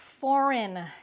foreign